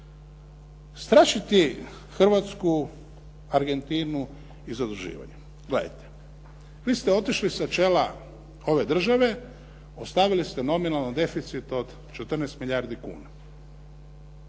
se ne razumije./ … i zaduživanje. Gledajte, vi ste otišli sa čela ove države, ostavili ste nominalan deficit od 14 milijardi kuna.